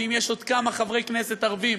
ואם יש עוד כמה חברי כנסת ערבים